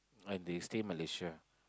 I they stay Malaysia